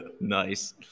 Nice